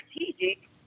strategic